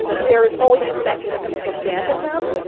there's always a mechanism to abandon them,